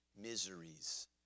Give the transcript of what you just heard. miseries